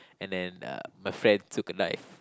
and then uh my friend took a knife